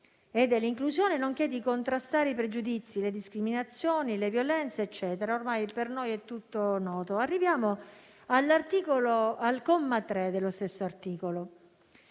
dell'inclusione nonché di contrastare i pregiudizi, le discriminazioni, le violenze» e quant'altro (per noi è tutto noto). Arriviamo al comma 3 dello stesso articolo: